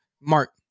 Mark